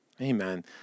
Amen